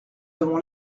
avons